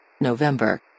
November